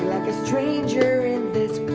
like a stranger in this